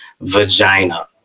vagina